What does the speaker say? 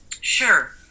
Sure